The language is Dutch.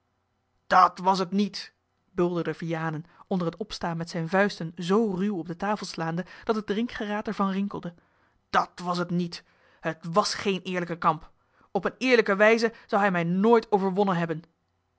dat was het niet bulderde vianen onder het opstaan met zijne vuisten zoo ruw op de tafel slaande dat het drinkgeraad er van rinkelde dat was het niet t was geen eerlijke kamp op eene eerlijke wijze zou hij mij nooit overwonnen hebben